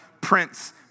Prince